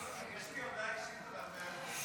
אני קובע כי הצעת חוק המרכז לגביית קנסות,